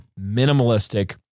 minimalistic